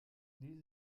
dies